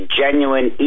genuine